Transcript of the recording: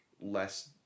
less